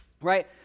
right